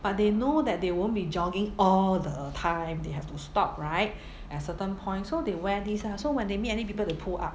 but they know that they won't be jogging all the time they have to stop right at certain points so they wear these are so when they meet any people they will pull up